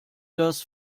dass